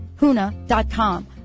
HUNA.com